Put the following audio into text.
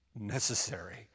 necessary